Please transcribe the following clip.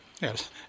Yes